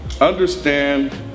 understand